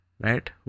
right